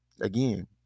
Again